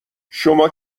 شما